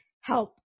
help